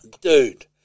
dude